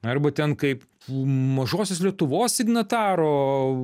arba ten kaip mažosios lietuvos signataro